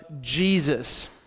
Jesus